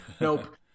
nope